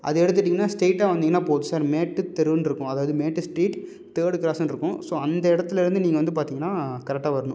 அது எடுத்துவிட்டிங்கனா ஸ்ரைட்டா வந்திங்கன்னா போதும் சார் மேட்டுத்தெருன்னுருக்கும் அதாவது மேட்டு ஸ்ட்ரீட் தேர்ட்டு க்ராஸ்ன்ட்டுருக்கும் ஸோ அந்த இடத்துலேருந்து நீங்கள் வந்து பார்த்திங்கனா கரெட்டாக வரணும்